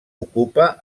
ocupa